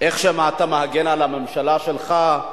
איך אתה מגן על הממשלה שלך,